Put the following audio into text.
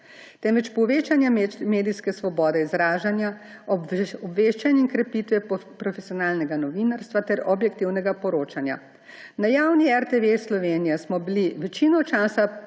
temveč povečanja medijske svobode izražanja, obveščanja in krepitve profesionalnega novinarstva ter objektivnega poročanja. Na javni RTV Slovenija smo bili večino časa